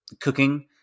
cooking